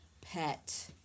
pet